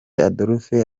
adolphe